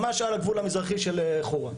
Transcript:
ממש על הגבול המזרחי של חורה.